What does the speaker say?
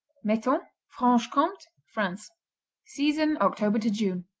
metton franche-comte, france season october to june.